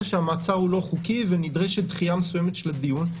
שהמעצר אינו חוקי ונדרשת דחייה מסוימת של הדיון.